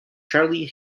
charlie